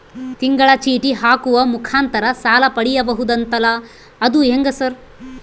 ತಿಂಗಳ ಚೇಟಿ ಹಾಕುವ ಮುಖಾಂತರ ಸಾಲ ಪಡಿಬಹುದಂತಲ ಅದು ಹೆಂಗ ಸರ್?